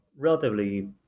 Relatively